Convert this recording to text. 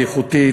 איכותית,